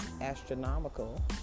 astronomical